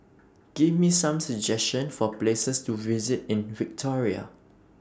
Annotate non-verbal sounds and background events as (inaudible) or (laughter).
Give Me Some suggestion For Places to visit in Victoria (noise)